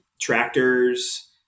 tractors